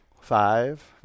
Five